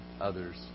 others